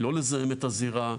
לא לזהם את הזירה.